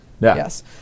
Yes